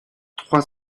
trois